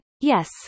yes